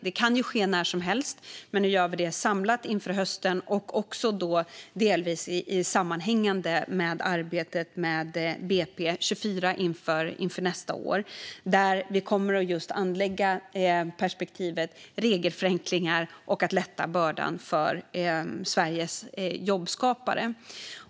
Det kan ske när som helst, men nu gör vi det samlat inför hösten - och då delvis sammanhängande med arbetet med BP24, det vill säga budgeten för nästa år, där vi kommer att anlägga just perspektivet regelförenklingar och att lätta bördan för Sveriges jobbskapare.